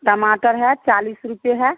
टमाटर है चालीस रुपये है